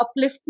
upliftment